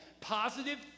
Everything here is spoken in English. positive